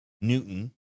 Newton